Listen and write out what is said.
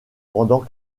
pendant